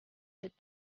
that